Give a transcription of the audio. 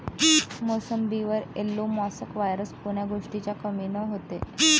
मोसंबीवर yellow mosaic virus कोन्या गोष्टीच्या कमीनं होते?